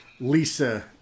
Lisa